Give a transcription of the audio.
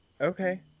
Okay